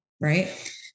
right